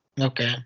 Okay